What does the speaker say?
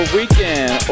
Weekend